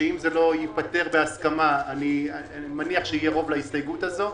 שאם זה לא ייפתר בהסכמה - אני מניח שיהיה רוב להסתייגות הזאת.